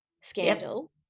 scandal